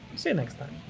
see you next time!